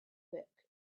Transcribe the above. book